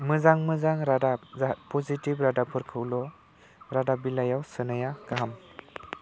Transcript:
मोजां मोजां पजिटिभ रादाबफोरखौल' रादाब बिलायाव सोनाया गाहाम